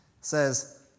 says